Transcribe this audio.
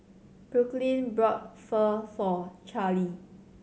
Brooklynn bought Pho for Charlee